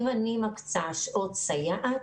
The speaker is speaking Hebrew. אם אני מקצה שעות סייעת,